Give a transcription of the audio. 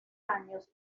años